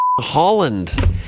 Holland